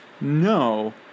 no